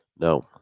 no